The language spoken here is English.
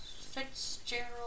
Fitzgerald